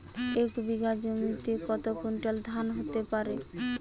এক বিঘা জমিতে কত কুইন্টাল ধান হতে পারে?